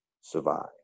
survive